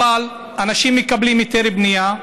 אבל אנשים מקבלים היתר בנייה,